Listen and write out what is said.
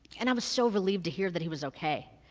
and i was so relieved to hear that he was okay.